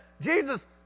Jesus